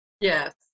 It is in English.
Yes